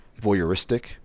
voyeuristic